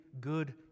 good